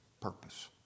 purpose